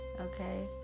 okay